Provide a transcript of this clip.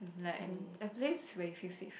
like a place where you feel safe